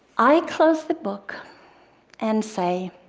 i close the book and say,